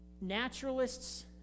naturalists